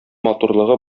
матурлыгы